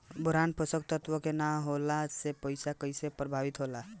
Boron पोषक तत्व के न होला से पौधा कईसे प्रभावित होला?